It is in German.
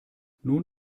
nun